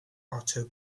otter